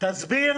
תסביר